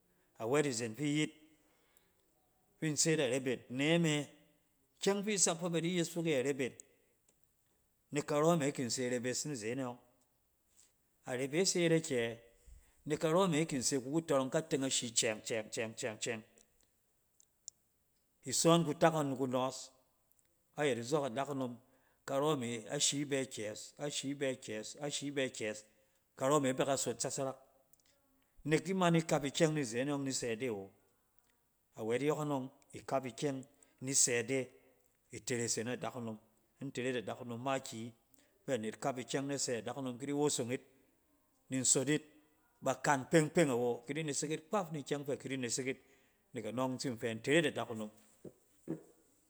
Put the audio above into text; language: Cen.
Awɛt izen fi iyiy fin se yit na rebet neme. kyɔng fi sak fɛ ba di yes fok yɛ rebet, nek karɔ me kin se rebes ni izen e ɔng. Arebes e yet akyɛ? Nek karɔ me kin se ki kutɔrɔng, ka teng ashi cɛng-cɛng-cɛng-cɛng-cɛng. isɔɔn kutak ɔng niku nɔɔs, ayɛt izɔk adakunom, karɔ me, ashi bɛ kyɛs, ashi bɛ kyɛs, ashi bɛ kyɛs. Karɔ me ba ka sot tsasarak, nek iman ni kap ikyɛng ni zene ɔng ni sɛ ide awo. A wɛt yɔkɔnɔng ikap ikyɛng ni sɛ ide, tere se na dakunom. intere yit adakunom makiyi fɛ anet kap ikyɛng na sɛ. Adakunom kidi wosong yit ni in sot yit bakan peng-peng awo, akidi nesek yit kpaf ni kyɛng pɛ kidi nesek yit, net anɔng in tsin fɛ in tere yit adakunom